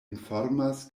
informas